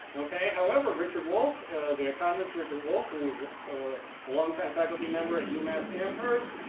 okay, however richard wolff, the economist richard wolff who was a long time faculty member at umass amherst